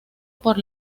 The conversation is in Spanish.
por